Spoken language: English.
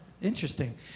Interesting